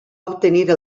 obtenir